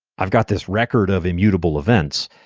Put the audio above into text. i've got this record of immutable events,